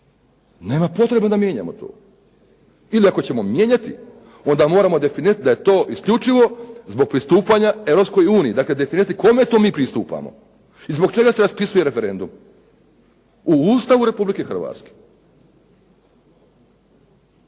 Nema potrebe da mijenjamo to, ili ako ćemo mijenjati onda moramo definirati da je to isključivo zbog pristupanja Europskoj uniji, dakle definirati kome to mi pristupamo i zbog čega se raspisuje referendum, u Ustavu Republike Hrvatske.